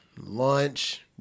lunch